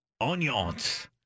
onions